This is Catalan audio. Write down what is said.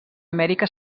amèrica